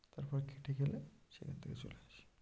তারপর কেটে গেলে সেখান থেকে চলে আসি